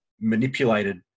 manipulated